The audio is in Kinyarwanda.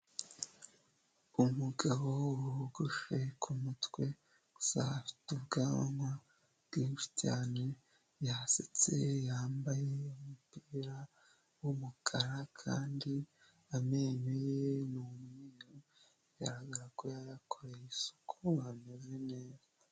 Umugabo wogoshe ku mutwe gusa afite ubwanwa bwinshi cyane, yasetse yambaye umupira w'umukara kandi amenyo ye n'umweru biragaragara ko yayakoreye isuku ameze neza.